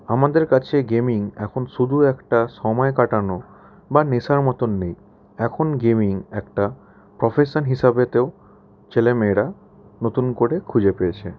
আমাদের কাছে গেমিং এখন শুধু একটা সময় কাটানো বা নেশার মতন নেই এখন গেমিং একটা প্রফেশন হিসাবেও ছেলে মেয়েরা নতুন করে খুঁজে পেয়েছে